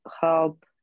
help